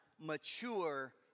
mature